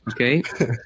Okay